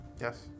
Yes